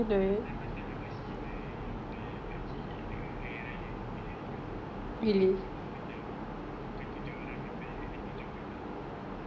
last time last time I go see my my mak cik at the hari raya gathering ah dia orang semua macam tun~ tunjuk dia orangnya beg then tunjunk gelang